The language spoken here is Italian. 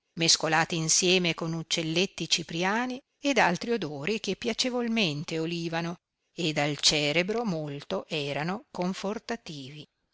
mescolati insieme con uccelletti cipriani ed altri odori che piacevolmente olivano ed al cerebro molto erano confortativi